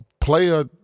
player